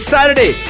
Saturday